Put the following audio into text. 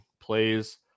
plays